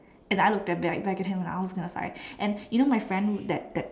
and I look damn bad if I get him out of this I was like and you know my friend that that